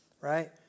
right